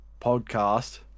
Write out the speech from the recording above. podcast